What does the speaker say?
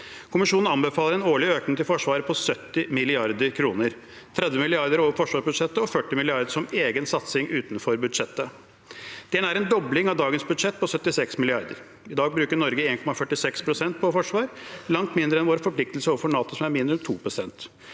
Kommisjonen anbefaler en årlig økning til Forsvaret på 70 mrd. kr – 30 mrd. kr over forsvarsbudsjettet og 40 mrd. kr som egen satsing utenfor budsjettet. Det er nær en dobling av dagens budsjett på 76 mrd. kr. I dag bruker Norge 1,46 pst. på forsvar – langt mindre enn våre forpliktelser overfor NATO, som er minst 2 pst.